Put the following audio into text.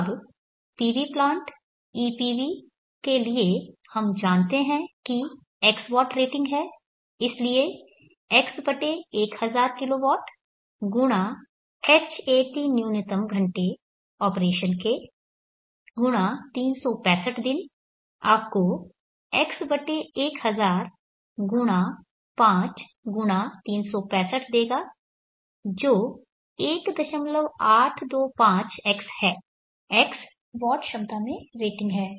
अब PV plant EPV के लिए हम जानते हैं कि x वॉट रेटिंग है इसलिए x1000 kW × Hat न्यूनतम घंटे ऑपरेशन के × 365 दिन आपको x1000 × 5 × 365 देगा जो 1825x है x वॉट क्षमता में रेटिंग है